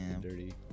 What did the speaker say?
dirty